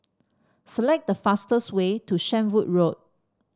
select the fastest way to Shenvood Road